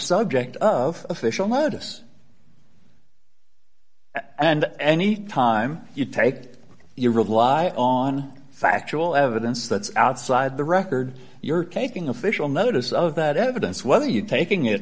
subject of official notice and any time you take it you rely on factual evidence that's outside the record your caking official notice of that evidence whether you taking it